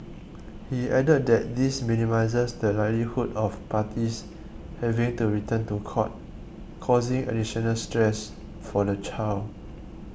he added that this minimises the likelihood of parties having to return to court causing additional stress for the child